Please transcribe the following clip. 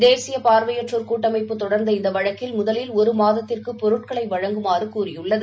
தேசியபார்வையற்றோர் கூட்டமைப்பு தொடர்ந்துள்ள இந்தவழக்கில் முதலில் ஒருமாதத்திற்குபொருட்களைவழங்குமாறுகூறியுள்ளது